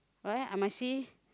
what I must see